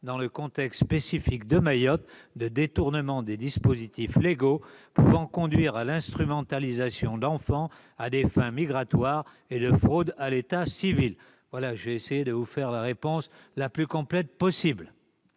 dans le contexte spécifique de Mayotte, où le détournement des dispositifs légaux peut conduire à l'instrumentalisation d'enfants à des fins migratoires et de fraude à l'état civil. J'ai essayé de vous faire la réponse la plus complète possible.